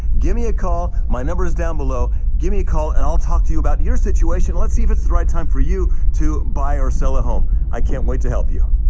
give me a call, my number is down below, give me a call and i'll talk to you about your situation. let's see if it's the right time for you to buy or sell at home, i can't wait to help you.